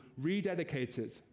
rededicated